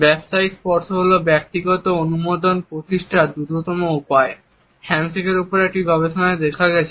ব্যবসায়িক স্পর্শ হল ব্যক্তিগত অনুমোদন প্রতিষ্ঠার দ্রুততম উপায় হ্যান্ডশেকের উপর একটি গবেষণায় দেখা গেছে